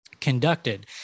Conducted